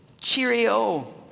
cheerio